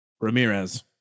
ramirez